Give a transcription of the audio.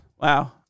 Wow